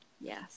Yes